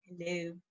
Hello